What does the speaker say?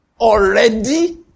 already